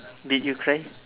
did you cry